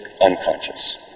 unconscious